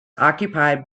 occupied